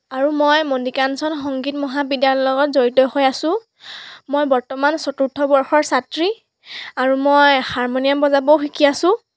আৰু মই মণিকাঞ্চন সংগীত মহাবিদ্যালয়ৰ লগত জড়িত হৈ আছোঁ মই বৰ্তমান চতুৰ্থ বৰ্ষৰ ছাত্ৰী আৰু মই হাৰমনিয়াম বজাবও শিকি আছোঁ